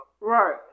right